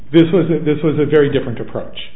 this was it this was a very different approach